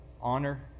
honor